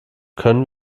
können